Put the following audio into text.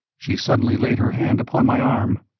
she suddenly laid her hand upon my arm.